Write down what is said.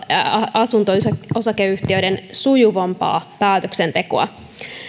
asunto osakeyhtiöiden sujuvampaa päätöksentekoa